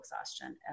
exhaustion